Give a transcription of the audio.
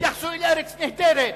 בהתייחסו אל "ארץ נהדרת".